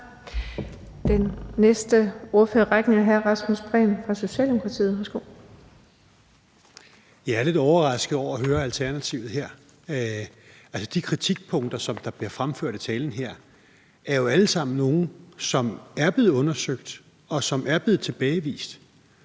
Den næste spørger i rækken er hr. Rasmus Prehn fra Socialdemokratiet. Værsgo. Kl. 19:21 Rasmus Prehn (S): Jeg er lidt overrasket over at høre Alternativet her. De kritikpunkter, som bliver fremført i talen her, er jo alle sammen nogle, som er blevet undersøgt, og som er blevet tilbagevist.